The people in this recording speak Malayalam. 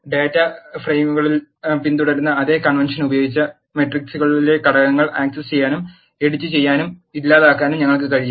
ഡാറ്റാ ഫ്രെയിമുകളിൽ പിന്തുടരുന്ന അതേ കൺവെൻഷൻ ഉപയോഗിച്ച് മെട്രിക്സുകളിലെ ഘടകങ്ങൾ ആക്സസ് ചെയ്യാനും എഡിറ്റുചെയ്യാനും ഇല്ലാതാക്കാനും ഞങ്ങൾക്ക് കഴിയും